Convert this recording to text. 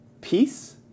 peace